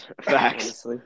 Facts